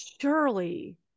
Surely